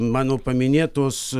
mano paminėtos